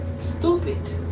stupid